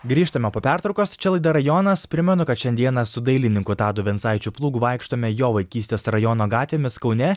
grįžtame po pertraukos čia laida rajonas primenu kad šiandieną su dailininku tadu vincaičiu plūgu vaikštome jo vaikystės rajono gatvėmis kaune